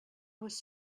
was